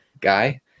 guy